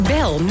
Bel